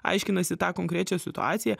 aiškinasi tą konkrečią situaciją